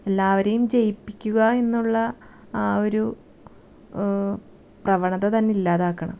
എല്ലാവരെയും ജയിപ്പിക്കുക എന്നുള്ള ആ ഒരു പ്രവണത തന്നെ ഇല്ലാതാക്കണം